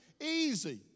easy